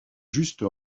juste